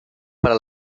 para